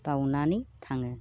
बावनानै थाङो